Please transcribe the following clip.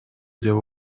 деп